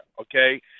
okay